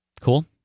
Cool